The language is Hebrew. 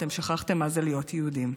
אתם שכחתם מה זה להיות יהודים,